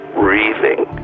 breathing